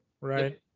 Right